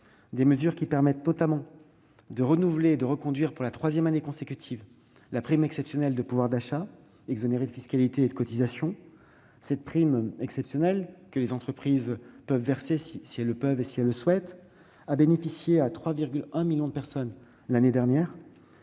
de lettres », tendant notamment à reconduire pour la troisième année consécutive la prime exceptionnelle de pouvoir d'achat, exonérée de fiscalité et de cotisations. Cette prime exceptionnelle, que les entreprises peuvent verser si elles le veulent, a bénéficié à 3,1 millions de personnes l'année dernière